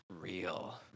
real